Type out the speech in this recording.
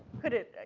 could it,